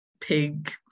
pig